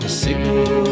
signal